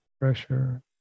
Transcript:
pressure